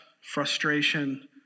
frustration